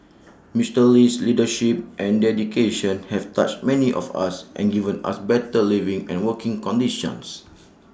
Mister Lee's leadership and dedication have touched many of us and given us better living and working conditions